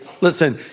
Listen